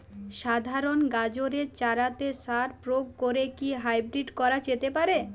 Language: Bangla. সাধারণ গাজরের চারাতে সার প্রয়োগ করে কি হাইব্রীড করা যেতে পারে?